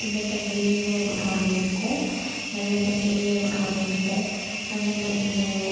சின்ன தங்கைனு ஒரு சாமி இருக்கும் நல்ல தங்கைனு ஒரு சாமி இருக்கும் அண்ணன் தம்பிங்க